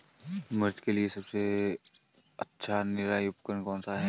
मिर्च के लिए सबसे अच्छा निराई उपकरण कौनसा है?